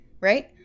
right